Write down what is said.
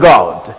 God